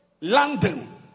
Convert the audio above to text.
London